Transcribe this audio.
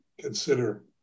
consider